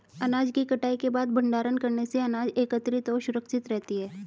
अनाज की कटाई के बाद भंडारण करने से अनाज एकत्रितऔर सुरक्षित रहती है